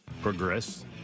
progress